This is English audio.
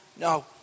No